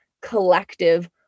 collective